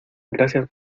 gracias